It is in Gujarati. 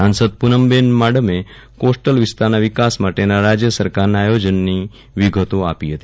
સાંસદ પૂનમબહેન માડમે કોસ્ટલ વિસ્તારના વિકાસ માટેના રાજય સરકારના આયોજનને વિગતો આપી હતી